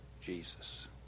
Jesus